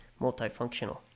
multifunctional